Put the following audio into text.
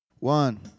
One